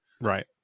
Right